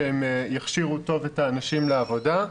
שהן יכשירו טוב את האנשים בעבודה,